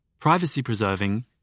privacy-preserving